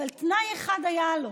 אבל תנאי אחד היה לו,